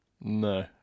No